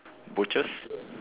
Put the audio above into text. butchers